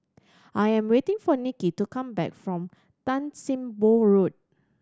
I am waiting for Nikki to come back from Tan Sim Boh Road